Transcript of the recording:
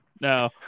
no